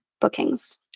bookings